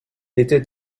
était